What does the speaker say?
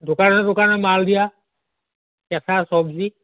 দোকানে দোকানে মাল দিয়া কেঁচা চবজি